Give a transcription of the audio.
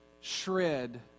shred